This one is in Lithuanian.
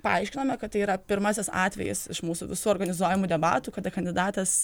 paaiškinome kad tai yra pirmasis atvejis iš mūsų visų organizuojamų debatų kada kandidatas